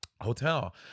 Hotel